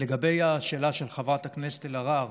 לגבי השאלה של חברת הכנסת אלהרר,